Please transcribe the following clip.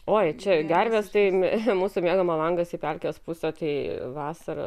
oi čia gervės tai mūsų miegamojo langas į pelkės pusę tai vasarą